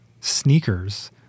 sneakers